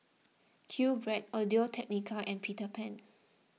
Qbread Audio Technica and Peter Pan